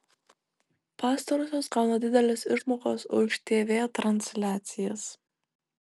pastarosios gauna dideles išmokas už tv transliacijas